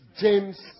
James